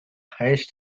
highest